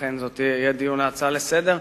אכן זה יהפוך להצעה לסדר-היום.